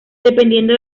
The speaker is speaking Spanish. dependiendo